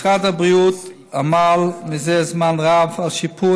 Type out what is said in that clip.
משרד הבריאות עמל זה זמן רב על שיפור